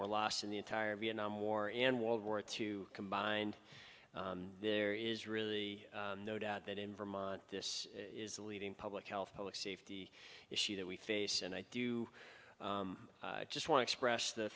were lost in the entire vietnam war and world war two combined there is really no doubt that in vermont this is the leading public health public safety issue that we face and i do just one express the